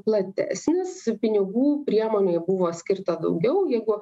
platesnis pinigų priemonei buvo skirta daugiau jeigu